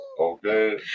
Okay